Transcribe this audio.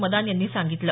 मदान यांनी सांगितलं